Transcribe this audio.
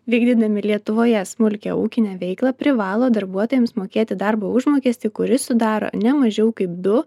vykdydami lietuvoje smulkią ūkinę veiklą privalo darbuotojams mokėti darbo užmokestį kuris sudaro ne mažiau kaip du